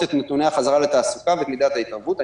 את נתוני החזרה לתעסוקה ואת מידת ההתערבות.